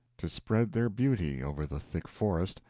to spread their beauty over the thick forest,